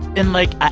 and like,